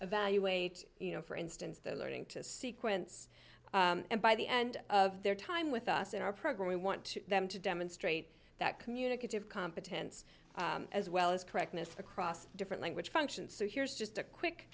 evaluate you know for instance their learning to sequence and by the end of their time with us in our program we want to them to demonstrate that communicative competence as well as correctness across different language functions so here's just a quick